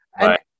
Right